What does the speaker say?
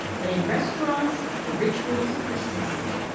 but in restaurants, the rituals persist.